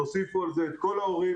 תוסיפו על זה את כל ההורים,